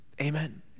amen